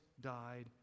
died